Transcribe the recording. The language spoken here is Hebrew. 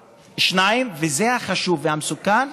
2. וזה החשוב והמסוכן,